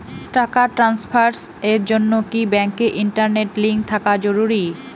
টাকা ট্রানস্ফারস এর জন্য কি ব্যাংকে ইন্টারনেট লিংঙ্ক থাকা জরুরি?